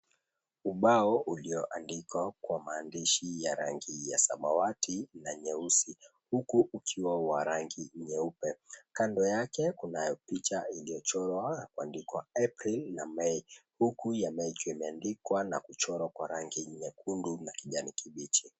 Ubao ulioandikwa kwa maandishi ya rangi ya samawati na nyeusi, huku ukiwa wa rangi nyeupe. Kando yake kunayo picha iliyochorwa na kuandikwa April na Mei. Huku ya Mei juu imeandikwa na kuchorwa kwa rangi nyekundu na kijani kibichi.